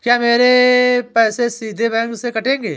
क्या मेरे पैसे सीधे बैंक से कटेंगे?